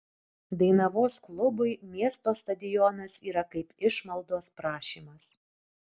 dainavos klubui miesto stadionas yra kaip išmaldos prašymas